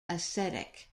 ascetic